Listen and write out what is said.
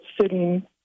sitting